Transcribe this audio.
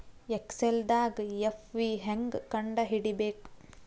ಎಕ್ಸೆಲ್ದಾಗ್ ಎಫ್.ವಿ ಹೆಂಗ್ ಕಂಡ ಹಿಡಿಬೇಕ್